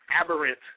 aberrant